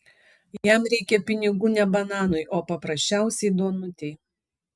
jam reikia pinigų ne bananui o paprasčiausiai duonutei